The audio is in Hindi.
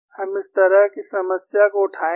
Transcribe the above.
हम इस तरह की समस्या को उठाएंगे